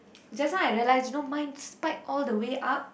just now I realised you know mine spiked all the way up